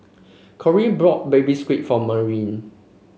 Corry bought Baby Squid for Marilyn